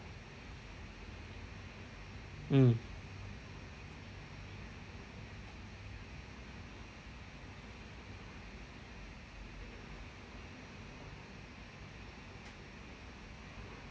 mm